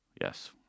Yes